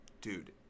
Dude